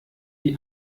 die